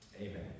Amen